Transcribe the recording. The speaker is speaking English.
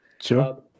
Sure